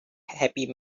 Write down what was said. happy